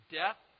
death